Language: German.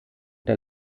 der